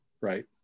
right